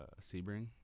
Sebring